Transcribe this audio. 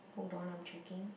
hold on I'm checking